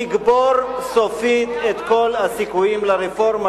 נקבור סופית את כל הסיכויים לרפורמה,